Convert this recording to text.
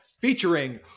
featuring